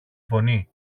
φωνή